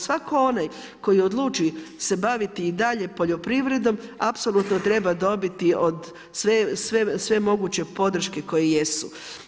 Svatko onaj koji odluči se baviti i dalje poljoprivrednom apsolutno treba dobiti od sve moguće podrške koje jesu.